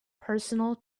personal